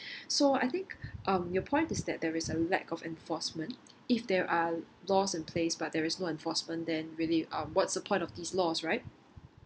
so I think uh your point is that there is a lack of enforcement if there are laws in place but there is no enforcement then really uh what's the point of these laws right